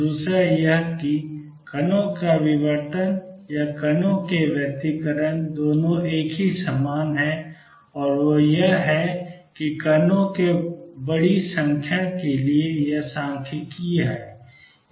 दूसरा यह कि कणों का विवर्तन या यह कणों के व्यतिकरण दोनों एक ही समान है और वह यह है कि कणों के बड़ी संख्या के लिए यह सांख्यिकीय है